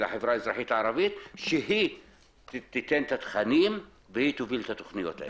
ולחברה האזרחית הערבית שתיתן את כתנים ותוביל את התכניות האלה.